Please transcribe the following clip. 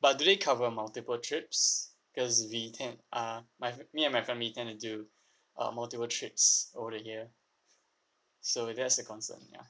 but do they cover multiple trips because we tend uh my me and my family tend to do uh multiple trips over the year so that's the concern ya